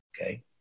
okay